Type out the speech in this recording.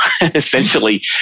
Essentially